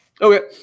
okay